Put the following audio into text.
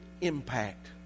impact